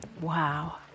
Wow